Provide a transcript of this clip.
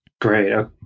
Great